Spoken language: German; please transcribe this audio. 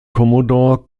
commodore